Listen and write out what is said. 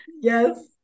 Yes